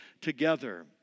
together